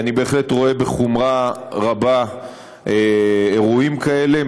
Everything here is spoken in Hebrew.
אני בהחלט רואה בחומרה רבה אירועים כאלה,